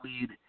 lead